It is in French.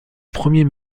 premier